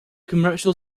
commercial